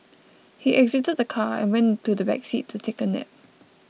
he exited the car and went to the back seat to take a nap